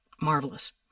marvelous